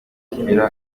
kigera